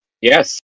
Yes